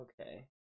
Okay